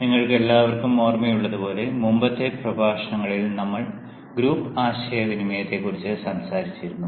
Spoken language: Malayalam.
നിങ്ങൾക്കെല്ലാവർക്കും ഓർമ്മയുള്ളതുപോലെ മുമ്പത്തെ പ്രഭാഷണങ്ങളിൽ നമ്മൾ ഗ്രൂപ്പ് ആശയവിനിമയത്തെക്കുറിച്ച് സംസാരിച്ചിരുന്നു